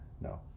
No